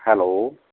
hello